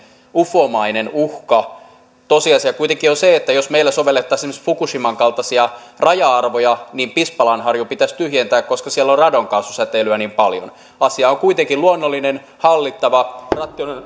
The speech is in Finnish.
ufomainen uhka tosiasia kuitenkin on se että jos meillä sovellettaisiin esimerkiksi fukushiman kaltaisia raja arvoja niin pispalanharju pitäisi tyhjentää koska siellä on radonkaasusäteilyä niin paljon asia on kuitenkin luonnollinen hallittava on